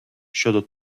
щодо